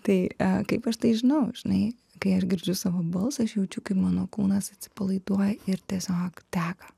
tai e kaip aš tai žinau žinai kai aš girdžiu savo balsą aš jaučiu kaip mano kūnas atsipalaiduoja ir tiesiog teka